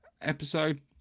episode